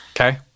Okay